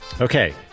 Okay